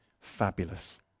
fabulous